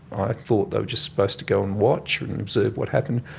i thought they were just supposed to go and watch and observe what happened.